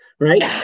Right